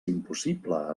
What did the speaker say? impossible